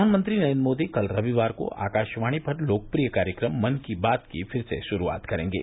प्रधानमंत्री नरेन्द्र मोदी कल रविवार को आकाशवाणी पर लोकप्रिय कार्यक्रम मन की बात की फिर से शुरूआत करेंगे